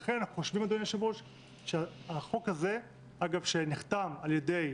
לכן אנחנו חושבים שהחוק הזה שנחתם בידי